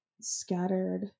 scattered